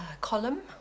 column